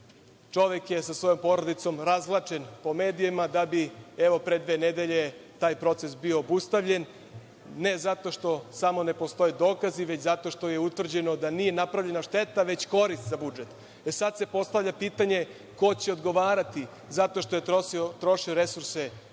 Čovek je sa svojom porodicom razvlačen po medijima, da bi evo dve nedelje taj proces bio obustavljen ne samo zato što ne postoje dokazi, već zato što je utvrđeno da nije napravljena šteta, već korist za budžet.E, sad se postavlja pitanje ko će odgovarati zato što je trošio resurse države,